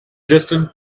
distant